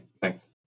thanks